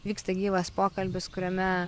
vyksta gyvas pokalbis kuriame